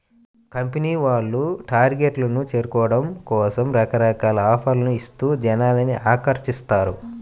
కంపెనీల వాళ్ళు టార్గెట్లను చేరుకోవడం కోసం రకరకాల ఆఫర్లను ఇస్తూ జనాల్ని ఆకర్షిస్తారు